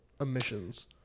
emissions